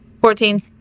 Fourteen